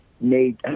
made